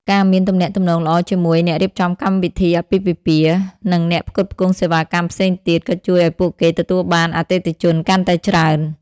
ការមានទំនាក់ទំនងល្អជាមួយអ្នករៀបចំកម្មវិធីអាពាហ៍ពិពាហ៍ និងអ្នកផ្គត់ផ្គង់សេវាកម្មផ្សេងទៀតក៏ជួយឱ្យពួកគេទទួលបានអតិថិជនកាន់តែច្រើន។